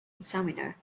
examiner